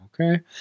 Okay